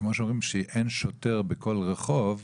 כמו שאומרים שאין שוטר בכל רחוב,